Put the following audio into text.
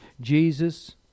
Jesus